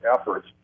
efforts